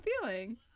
feeling